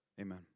Amen